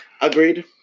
Agreed